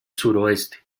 suroeste